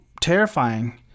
terrifying